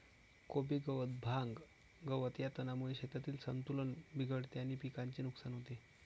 कोबी गवत, भांग, गवत या तणांमुळे शेतातील संतुलन बिघडते आणि पिकाचे नुकसान होते